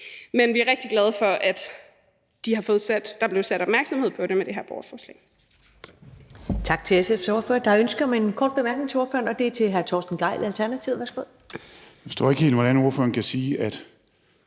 Men vi er rigtig glade for, at der blev sat opmærksomhed på det med det her borgerforslag.